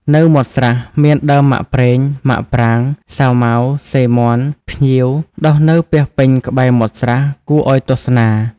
នៅមាត់ស្រះ មានដើមមាក់ប្រេង មាក់ប្រាង សាវម៉ាវ សិរមាន់ ភ្ញៀវ ដុះនៅពាសពេញក្បែរមាត់ស្រះ គួរឲ្យទស្សនា។